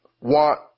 want